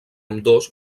ambdós